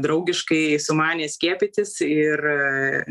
draugiškai sumanė skiepytis ir